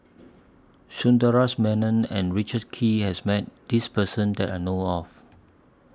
Sundaresh Menon and Richard Kee has Met This Person that I know of